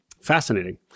Fascinating